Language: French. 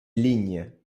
ligne